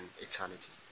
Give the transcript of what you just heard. eternity